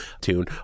tune